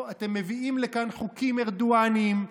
אתם מביאים לכאן חוקים ארדואניים.